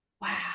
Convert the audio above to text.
Wow